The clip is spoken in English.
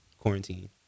quarantine